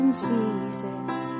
Jesus